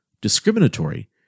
discriminatory